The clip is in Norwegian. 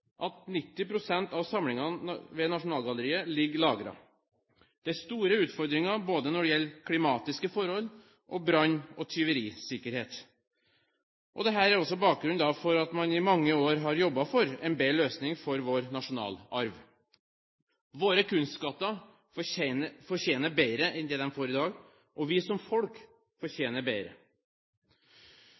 at 90 pst. av samlingene ved Nasjonalgalleriet ligger lagret. Det er store utfordringer både når det gjelder klimatiske forhold og brann- og tyverisikkerhet. Dette er også bakgrunnen for at man i mange år har jobbet for en bedre løsning for vår nasjonalarv. Våre kunstskatter fortjener bedre enn det de får i dag, og vi som folk fortjener bedre.